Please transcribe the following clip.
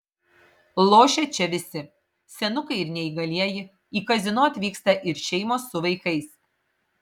lošia čia visi senukai ir neįgalieji į kazino atvyksta ir šeimos su vaikais